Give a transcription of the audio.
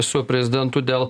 su prezidentu dėl